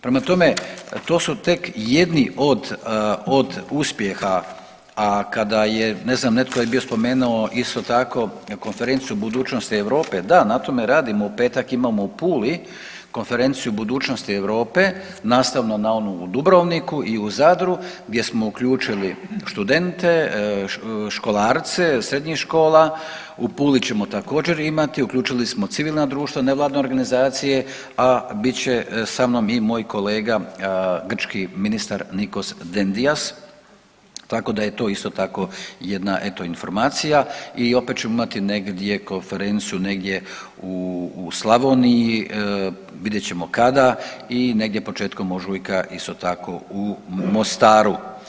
Prema tome, to su tek jedni od, od uspjeha, a kada je, ne znam, netko je bio spomenuo isto tako Konferenciju budućnosti Europe, da na tome radimo, u petak imamo u Puli Konferenciju budućnosti Europe nastavno na onu u Dubrovniku i u Zadru gdje smo uključili študente, školarce srednjih škola, u Puli ćemo također imati, uključili smo civilna društva, nevladine organizacije, a bit će sa mnom i moj kolega grčki ministar Nikos Dendias, tako da je to isto tako jedna eto informacija i opet ćemo imati negdje konferenciju negdje u Slavoniji, vidjet ćemo kada i negdje početkom ožujka isto tako u Mostaru.